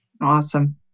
Awesome